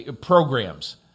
programs